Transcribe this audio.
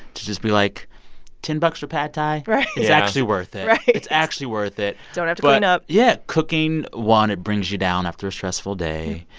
to just be like ten bucks for pad thai. right yeah. is actually worth it right it's actually worth it. but. don't have to clean up yeah. cooking one, it brings you down after a stressful day.